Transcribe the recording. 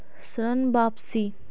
ऋण वापसी?